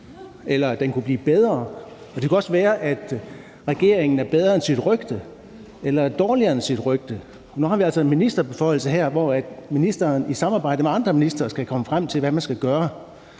eller at den kunne blive bedre. Det kunne også være, at regeringen er bedre end sit rygte eller er dårligere end sit rygte. Nu har vi altså en ministerbeføjelse her, hvor ministeren i samarbejde med andre ministre skal komme frem til, hvad man skal gøre,